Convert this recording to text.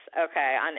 okay